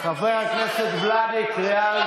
ראש סניף.